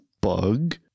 Bug